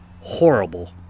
horrible